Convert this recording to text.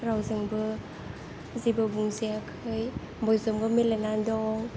रावजोंबो जेबो बुंजायाखै बयजोंबो मिलायनानै दं